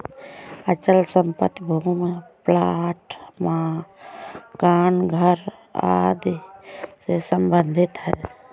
अचल संपत्ति भूमि प्लाट मकान घर आदि से सम्बंधित है